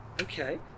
Okay